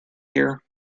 here